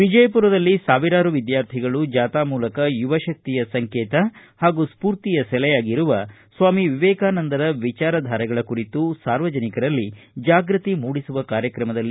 ವಿಜಯಪುರದಲ್ಲಿ ಸಾವಿರಾರು ವಿದ್ಯಾರ್ಥಿಗಳು ಜಾಥಾ ಮೂಲಕ ಯುವ ಶಕ್ತಿಯ ಸಂಕೇತ ಹಾಗೂ ಸ್ಪೂರ್ತಿಯ ಸೆಲೆಯಾಗಿರುವ ಸ್ವಾಮಿ ವಿವೇಕಾನಂದವರ ವಿಚಾರಧಾರೆಗಳ ಕುರಿತು ಸಾರ್ವಜನಿಕರಲ್ಲಿ ಜಾಗೃತಿ ಮೂಡಿಸಿದರು